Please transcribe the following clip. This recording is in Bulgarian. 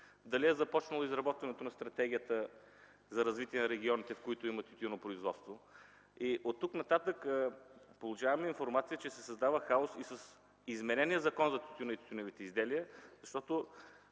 дали е започнало изработването на Стратегията за развитие на регионите, в които има тютюнопроизводство. Оттук нататък получаваме информация, че се създава хаос и с изменения Закон за тютюна и тютюневите изделия. Към